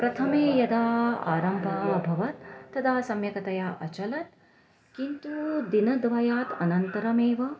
प्रथमे यदा आरम्भः अभवत् तदा सम्यकतया अचलत् किन्तु दिनद्वयात् अनन्तरमेव